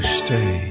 stay